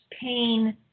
pain